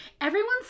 everyone's